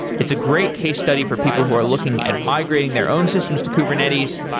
it's a great case study for people who are looking at migrating their own systems to kubernetes,